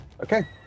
Okay